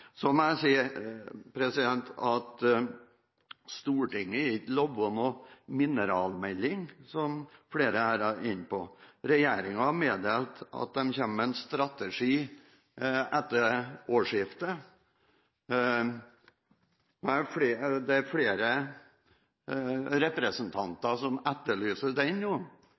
Så må jeg si at Stortinget er ikke lovet noen mineralmelding, som flere har vært inne på. Regjeringen har meddelt at den kommer med en strategi etter årsskiftet. Det er flere representanter som etterlyser denne nå, og jeg er